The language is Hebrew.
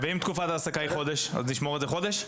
ואם תקופת ההעסקה היא חודש אז נשמור את זה חודש?